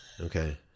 Okay